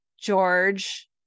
George